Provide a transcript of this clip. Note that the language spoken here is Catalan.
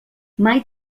mai